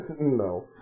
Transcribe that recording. No